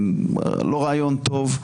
לא רעיון טוב.